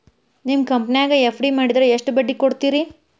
ನಿಮ್ಮ ಕಂಪನ್ಯಾಗ ಎಫ್.ಡಿ ಮಾಡಿದ್ರ ಎಷ್ಟು ಬಡ್ಡಿ ಕೊಡ್ತೇರಿ?